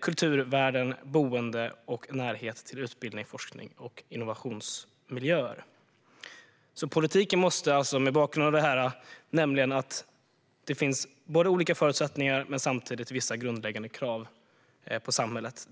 kulturvärden, boende och närhet till utbildning, forskning och innovationsmiljöer. Politiken måste ha detta som bakgrund, nämligen att det finns olika förutsättningar men samtidigt vissa grundläggande krav på samhället.